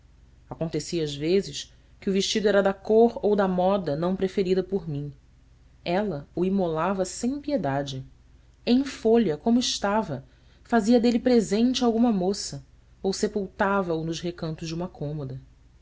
acontecia às vezes que o vestido era da cor ou da moda não preferida por mim ela o imolava sem piedade em folha como estava fazia dele presente a alguma moça ou sepultava o nos recantos de uma cômoda